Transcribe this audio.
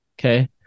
Okay